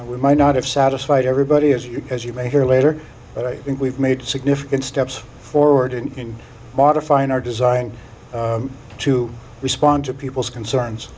we might not have satisfied everybody as you as you may hear later but i think we've made significant steps forward in modifying our design to respond to people's concerns